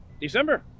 December